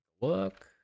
Look